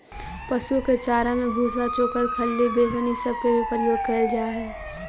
पशुओं के चारा में भूसा, चोकर, खली, बेसन ई सब के भी प्रयोग कयल जा हई